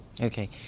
Okay